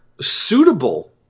suitable